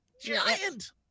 giant